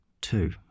two